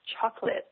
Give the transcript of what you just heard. chocolate